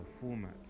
format